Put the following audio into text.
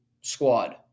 squad